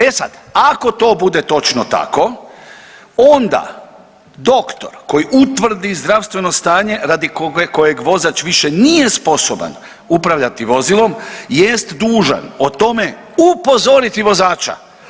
E sad, ako to bude točno tako, onda doktor koji utvrdi zdravstveno stanje radi kojeg vozač više nije sposoban upravljati vozilom jest dužan o tome upozoriti vozača.